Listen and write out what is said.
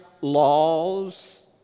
laws